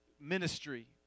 ministry